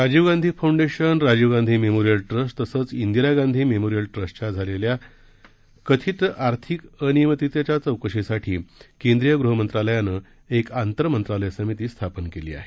Rajiv Gandhi foundation Rajiv Gandhi memorial trust तसंच Indira Gandhi memorial ट्रस्टच्या झालेल्या कथित आर्थिक अनियमितेच्या चौकशीसाठी केंद्रीय गृहमंत्रालयानं एक आंतरमंत्रालय समिती स्थापन केली आहे